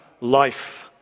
life